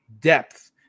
depth